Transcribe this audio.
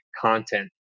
content